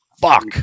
Fuck